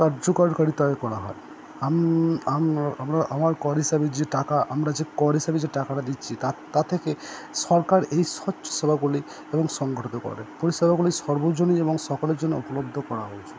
কার্যকরকারিতায় করা হয় আমার কর হিসাবে যে টাকা আমরা যে কর হিসাবে যে টাকাটা দিচ্ছি তার তা থেকে সরকার এই স্বচ্ছ সেবাগুলি এবং সংগঠিত করে পরিষেবাগুলি সর্বজনীন এবং সকলের জন্য উপলব্ধ করা হয়েছে